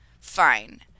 fine